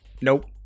Nope